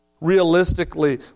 Realistically